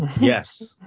Yes